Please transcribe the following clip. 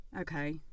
Okay